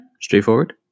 Straightforward